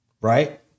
right